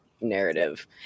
narrative